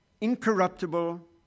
incorruptible